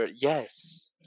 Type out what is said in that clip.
Yes